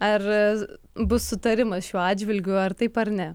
ar bus sutarimas šiuo atžvilgiu ar taip ar ne